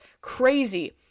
crazy